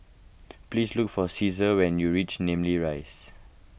please look for Ceasar when you reach Namly Rise